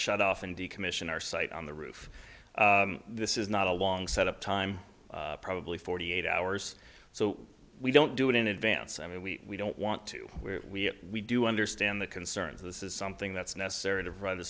shut off and decommission our site on the roof this is not a long set up time probably forty eight hours so we don't do it in advance i mean we don't want to we we do understand the concerns this is something that's necessary to run the